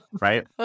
right